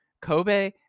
kobe